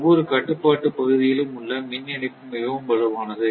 ஒவ்வொரு கட்டுப்பாட்டுப் பகுதியிலும் உள்ள மின் இணைப்பு மிகவும் வலுவானது